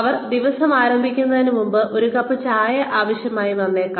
അവർ ദിവസം ആരംഭിക്കുന്നതിന് മുമ്പ് ഒരു കപ്പ് ചായ ആവശ്യമായി വന്നേക്കാം